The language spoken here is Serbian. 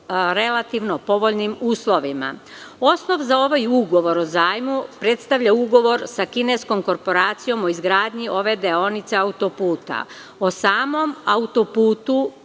relativno povoljnim uslovima. Osnov za ovaj ugovor o zajmu predstavlja ugovor sa kineskom korporacijom o izgradnji ove deonice autoputa. O samom autoputu,